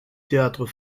théâtre